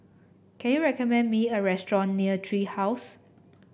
can you recommend me a restaurant near Tree House